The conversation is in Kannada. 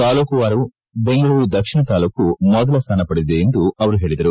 ತಾಲ್ಲೂಕುವಾರು ಬೆಂಗಳೂರು ದಕ್ಷಿಣ ತಾಲ್ಲೂಕು ಮೊದಲ ಸ್ವಾನ ಪಡೆದಿದೆ ಎಂದು ಹೇಳಿದರು